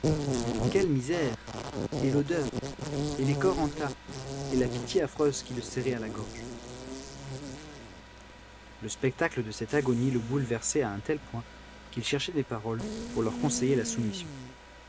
quelle misère et l'odeur et les corps en tas et la pitié affreuse qui le serrait à la gorge le spectacle de cette agonie le bouleversait à un tel point qu'il cherchait des paroles pour leur conseiller la soumission